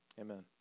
amen